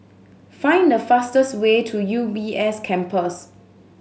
find the fastest way to U B S Campus